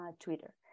Twitter